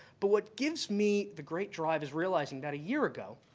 but what gives me the great drive is realizing that a year ago,